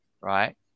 right